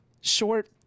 short